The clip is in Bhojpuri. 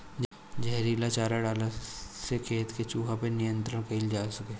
जहरीला चारा डलला से खेत के चूहा पे नियंत्रण कईल जा सकत हवे